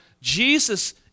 Jesus